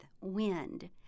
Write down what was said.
wind